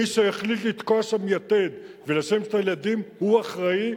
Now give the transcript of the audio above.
מי שהחליט לתקוע שם יתד ולשים את הילדים הוא האחראי,